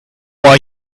are